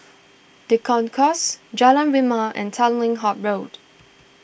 the Concourse Jalan Rimau and Tanglin Halt Road